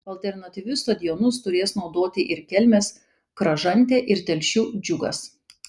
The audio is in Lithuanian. alternatyvius stadionus turės naudoti ir kelmės kražantė ir telšių džiugas